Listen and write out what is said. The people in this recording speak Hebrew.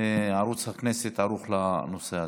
ערוץ הכנסת ערוך לנושא הזה.